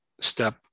step